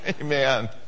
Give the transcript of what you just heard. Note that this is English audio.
Amen